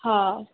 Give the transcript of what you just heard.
हा